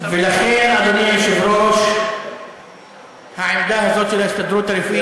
שאדוני היושב-ראש חסר סבלנות,